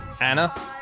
Anna